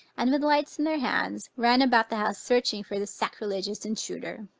and with lights in their hands, ran about the house searching for the sacrilegious intruder.